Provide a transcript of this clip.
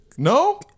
No